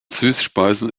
süßspeisen